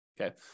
okay